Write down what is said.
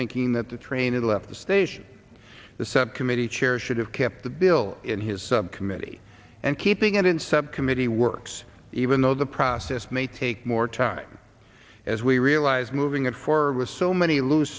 thinking that the train is left the station the subcommittee chair should have kept the bill in his subcommittee and keeping it in subcommittee works even though the process may take more time as we realize moving and for with so many loose